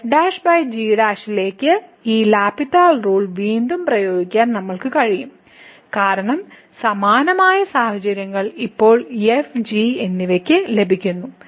f ' g' യിലേക്ക് L hospital rule വീണ്ടും പ്രയോഗിക്കാൻ നമ്മൾക്ക് കഴിയും കാരണം സമാനമായ സാഹചര്യങ്ങൾ ഇപ്പോൾ എഫ് ജി എന്നിവയ്ക്ക് സംഭവിക്കുന്നു